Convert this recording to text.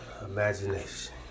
imagination